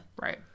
right